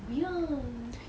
weird